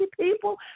people